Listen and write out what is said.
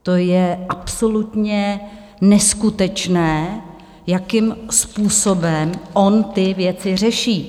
o je absolutně neskutečné, jakým způsobem on ty věci řeší.